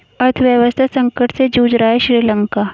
अर्थव्यवस्था संकट से जूझ रहा हैं श्रीलंका